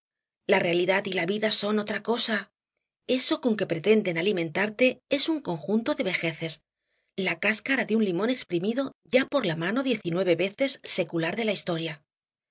la realidad y la vida son otra cosa eso con que pretenden alimentarte es un conjunto de vejeces la cáscara de un limón exprimido ya por la mano diez y nueve veces secular de la historia